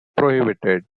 prohibited